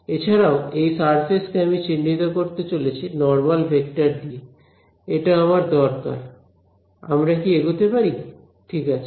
এছাড়াও এই সারফেস কে আমি চিহ্নিত করতে চলেছি নরমাল ভেক্টর দিয়ে এটা আমার দরকার আমরা কি এগোতে পারি ঠিক আছে